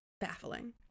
baffling